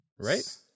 Right